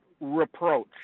reproach